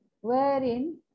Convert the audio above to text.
wherein